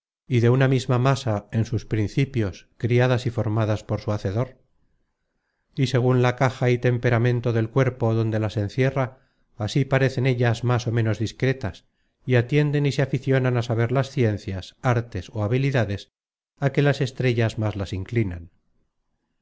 y de una misma masa en sus principios criadas y formadas por su hacedor y segun la caja y temperamento del cuerpo donde las encierra así parecen ellas más o menos discretas y atienden y se aficionan á saber las ciencias artes ó habilidades á que las estrellas más las inclinan